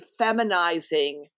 feminizing